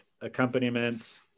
accompaniment